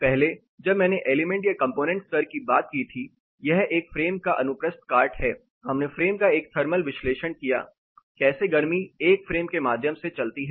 पहले जब मैंने एलिमेंट या कंपोनेंट स्तर की बात की थी यह एक फ्रेम का अनुप्रस्थ काट है हमने फ्रेम का एक थर्मल विश्लेषण किया कैसे गर्मी एक फ्रेम के माध्यम से चलती है